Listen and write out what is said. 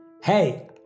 Hey